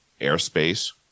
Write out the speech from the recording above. airspace